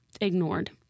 ignored